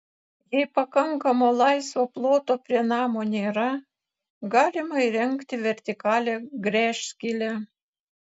jei pakankamo laisvo ploto prie namo nėra galima įrengti vertikalią gręžskylę